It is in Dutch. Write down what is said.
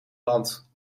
land